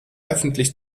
öffentlich